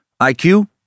IQ